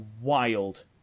wild